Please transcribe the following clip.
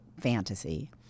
fantasy